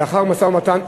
לאחר משא-ומתן,